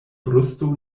brusto